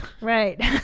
Right